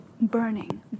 burning